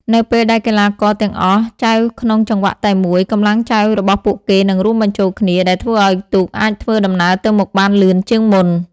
នៅពេលដែលកីឡាករទាំងអស់ចែវក្នុងចង្វាក់តែមួយ កម្លាំងចែវរបស់ពួកគេនឹងរួមបញ្ចូលគ្នា ដែលធ្វើឲ្យទូកអាចធ្វើដំណើរទៅមុខបានលឿនជាងមុន។